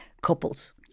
couples